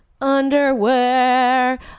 Underwear